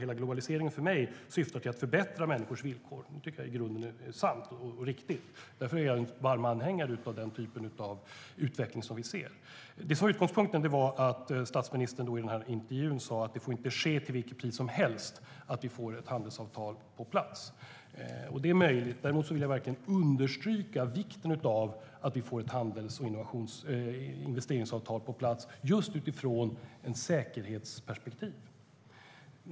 Hela globaliseringen för mig, säger Löfven, syftar till att förbättra människors villkor. Detta tycker jag i grunden är sant och riktigt, och därför är jag en varm anhängare av den typ av utveckling som vi ser. Det som var utgångspunkten var att statsministern i den här intervjun sa att ett handelsavtal inte får ske till vilket pris som helst att få på plats. Det är möjligt. Däremot vill jag verkligen understryka vikten av att vi får ett handels och investeringsavtal på plats, just utifrån ett säkerhetsperspektiv.